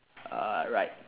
uh right